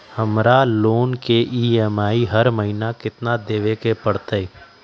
हमरा लोन के ई.एम.आई हर महिना केतना देबे के परतई?